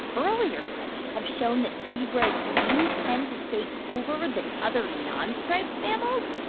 earlier studies have shown that zebras do tend to stay cooler than other nonstriped mammals.